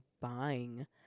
buying